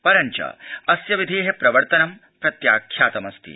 परञ्च अस्य विधे प्रवर्तनं प्रत्याख्यातमस्ति